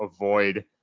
avoid